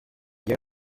des